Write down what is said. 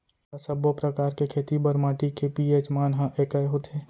का सब्बो प्रकार के खेती बर माटी के पी.एच मान ह एकै होथे?